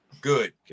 Good